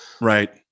Right